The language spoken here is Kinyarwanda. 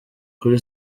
kuri